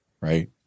right